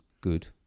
good